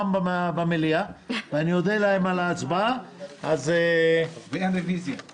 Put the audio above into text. אין נמנעים, אין הצעת חוק